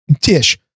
Tish